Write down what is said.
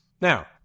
Now